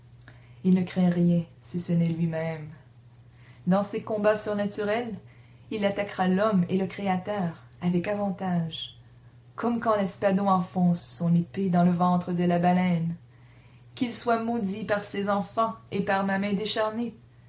il ne craint rien si ce n'est lui-même dans ses combats surnaturels il attaquera l'homme et le créateur avec avantage comme quand l'espadon enfonce son épée dans le ventre de la baleine qu'il soit maudit par ses enfants et par ma main décharnée